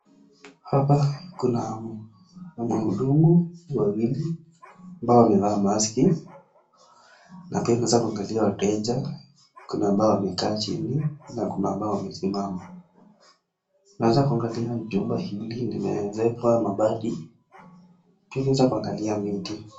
Hapa kuna wahudumu wawili ambao wamevaa mask na pia wameweza kuwaangalia wateja, kuna ambao wamekaa chini na kuna ambao wamesimama. Tunaweza kuangalia jumba hili limeezekwa mabati pia tunaweza kuangalia miti.